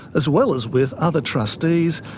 as well as with other trustees,